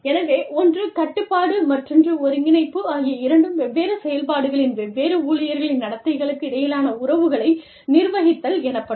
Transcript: எனவே ஒன்று கட்டுப்பாடு மற்றொன்று ஒருங்கிணைப்பு ஆகிய இரண்டும் வெவ்வேறு செயல்பாடுகளின் வெவ்வேறு ஊழியர்களின் நடத்தைகளுக்கு இடையிலான உறவுகளை நிர்வகித்தல் என்பப்படும்